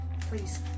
please